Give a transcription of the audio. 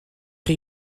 chi